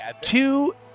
two